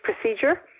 procedure